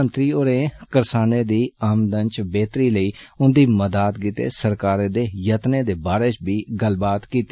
मोदी होरें करसानें दी अमदन च बेहतरी लेई उन्दी मदाद गितै सरकारै दे यतनें दे बारै च बी गल्लबात कीती